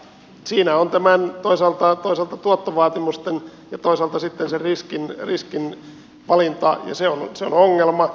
siinä on toisaalta tuottovaatimusten ja toisaalta sitten sen riskin valinta ja se on ongelma